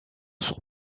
sur